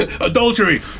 adultery